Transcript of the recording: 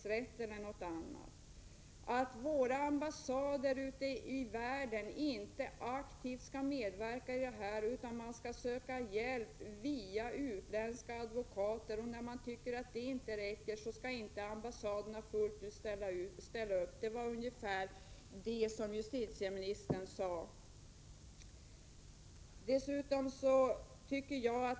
Men innebörden i det som justitieministern sade var ungefär att våra ambassader ute i världen inte skall medverka aktivt i detta. I stället skall man söka hjälp via utländska advokater och när det inte är tillräckligt, skall inte ambassaderna ställa upp fullt ut.